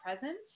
present